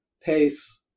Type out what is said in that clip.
pace